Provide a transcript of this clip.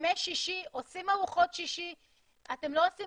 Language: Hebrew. בימי שישי עושים ארוחות שישי, אתם לא עושים